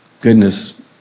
goodness